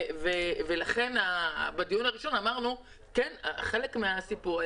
בעיניי, ולכן בדיון הראשון אמרנו, זה